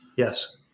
Yes